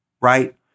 right